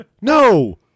no